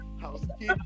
Housekeeping